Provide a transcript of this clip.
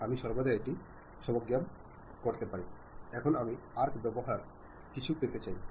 അതിനാൽ ഒരു മാർഗ്ഗത്തിലൂടെ സന്ദേശം കൈമാറുമ്പോൾ സന്ദേശം റിസീവറിലേക്ക് പോകുന്നു